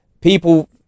people